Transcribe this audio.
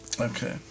Okay